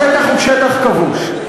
השטח הוא שטח כבוש.